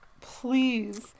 please